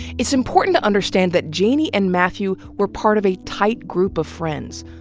it's important to understand that janey and mathew were part of a tight group of friends,